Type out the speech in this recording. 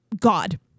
God